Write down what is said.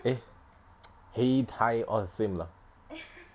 eh !hey! tie all the same lah